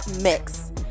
mix